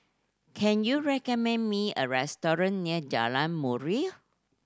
can you recommend me a restaurant near Jalan Murai